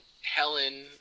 Helen